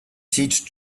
teach